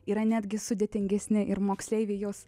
yra netgi sudėtingesni ir moksleiviai juos